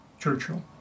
Churchill